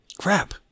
Crap